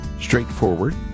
Straightforward